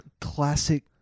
classic